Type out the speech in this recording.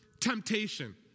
temptation